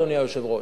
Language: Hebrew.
אדוני היושב-ראש.